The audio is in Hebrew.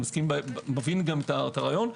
אני מבין את הרעיון.